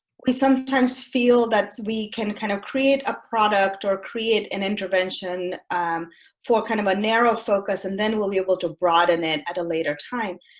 we sometimes feel that we can kind of create a product or create an intervention for kind of a narrow focus and then we'll be able to broaden in at a later time,